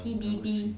T_B_B